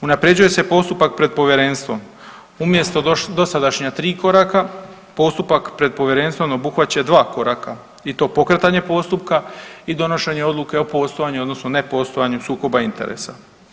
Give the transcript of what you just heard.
Unaprjeđuje se postupak pred Povjerenstvom, umjesto dosadašnja 3 koraka, postupak pred Povjerenstvom obuhvaća 2 koraka i to pokretanje postupka i donošenje odluke o postojanju, odnosno nepostojanju sukoba interesa.